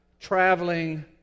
traveling